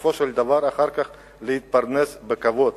בסופו של דבר אחר כך להתפרנס בכבוד.